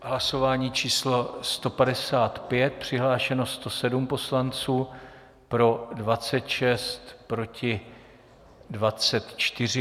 Hlasování číslo 155, přihlášeno 107 poslanců, pro 26, proti 24.